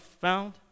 found